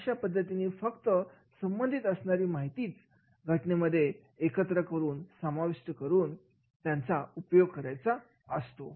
अशा पद्धतीने फक्त संबंधित माहिती आपण एकत्रित करून घटनेमध्ये समाविष्ठ करीत असतो